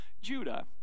Judah